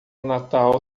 natal